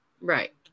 right